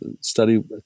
study